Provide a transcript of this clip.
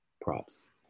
props